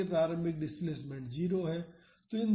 इसलिए प्रारंभिक डिस्प्लेसमेंट 0 है